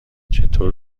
چطور